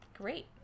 great